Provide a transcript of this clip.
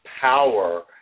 power